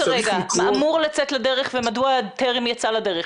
אמור לצאת לדרך וטרם יצא לדרך.